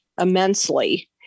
immensely